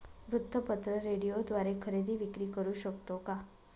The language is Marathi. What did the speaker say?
वृत्तपत्र, रेडिओद्वारे खरेदी विक्री करु शकतो का?